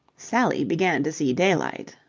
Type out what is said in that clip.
sally began to see daylight.